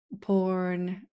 porn